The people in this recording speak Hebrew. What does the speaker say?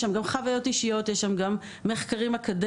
יש שם גם חוויות אישיות, יש שם גם מחקרים אקדמיים,